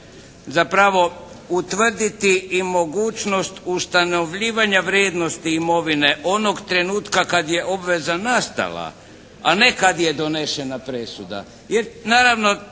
zapravo utvrditi i mogućnost ustanovljivanja vrijednosti imovine onog trenutka kad je obveza nastala, a ne kad je donešena presuda.